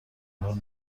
حال